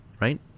right